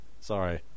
Sorry